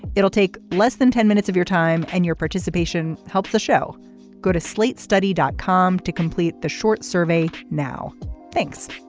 it'll take less than ten minutes of your time and your participation helps the show go to slate study dot com to complete the short survey. now thanks